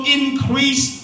increase